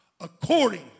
according